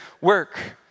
work